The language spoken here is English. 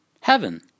Heaven